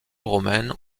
romaine